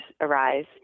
arise